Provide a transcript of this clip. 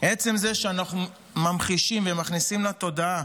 עצם זה שאנחנו ממחישים ומכניסים לתודעה